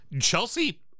chelsea